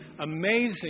amazing